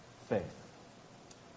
faith